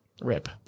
Rip